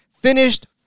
finished